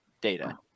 data